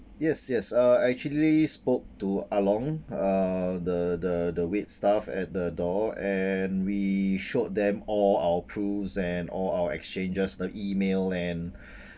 yes yes uh I actually spoke to Ahlong uh the the the wait staff at the door and we showed them all our proofs and all our exchanges the email and